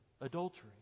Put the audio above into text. adultery